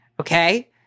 Okay